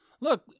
Look